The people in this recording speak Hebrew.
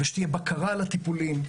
ושתהיה בקרה על הטיפולים.